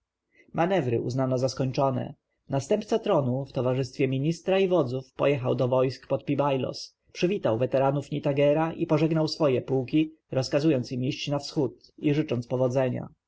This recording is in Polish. manewry uznano za skończone następca tronu w towarzystwie ministra i wodzów pojechał do wojsk pod pi-bailos przywitał weteranów nitagera i pożegnał swoje pułki rozkazując im iść na wschód i życząc powodzenia